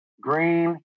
Green